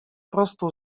prostu